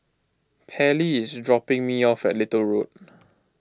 Pairlee is dropping me off at Little Road